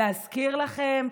להזכיר לכם,